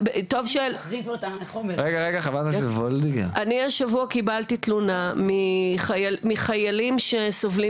אני השבוע קיבלתי תלונה מחיילים שסובלים